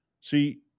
See